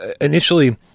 initially